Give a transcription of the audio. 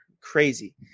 Crazy